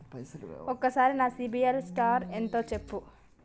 ఒక్కసారి నా CIBIL score ఎంత చెప్పు?